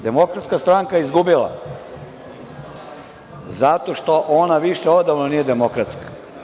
Demokratska stranka je izgubila zato što ona više odavno nije demokratska.